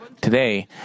Today